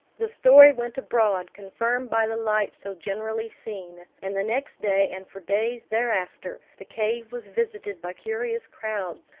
the story went abroad, confirmed by the light so generally seen and the next day, and for days thereafter, the cave was visited by curious crowds,